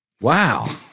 Wow